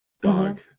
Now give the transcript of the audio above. dog